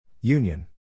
Union